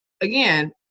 again